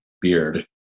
beard